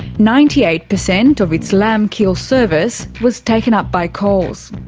ninety eight percent of its lamb kill service was taken up by coles.